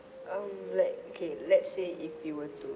um like okay let's say if you were to